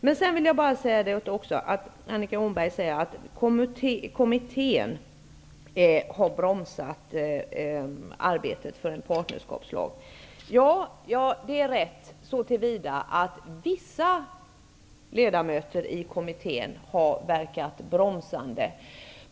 Men sedan vill jag något kommentera det Annika Åhnberg säger om att kommittén har bromsat arbetet att få fram en partnerskapslag. Ja, det är rätt så till vida att vissa ledamöter i kommittén har verkat bromsande.